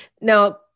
Now